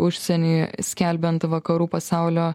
užsieny skelbiant vakarų pasaulio